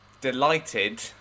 delighted